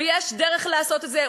ויש דרך לעשות את זה,